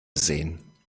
sehen